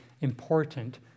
important